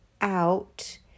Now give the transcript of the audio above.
out